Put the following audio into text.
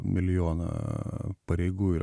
milijoną pareigų ir